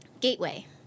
Gateway